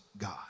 God